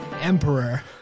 emperor